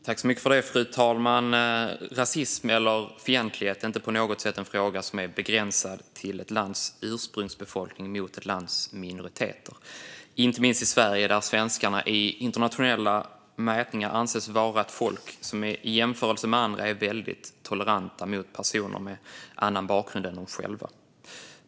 Fru talman! Rasism eller fientlighet är inte på något sätt en fråga som är begränsad till ett lands ursprungsbefolkning mot ett lands minoriteter, inte heller i Sverige. Svenskarna anses i internationella mätningar vara ett folk som i jämförelse med andra är väldigt toleranta mot personer med annan bakgrund än de själva.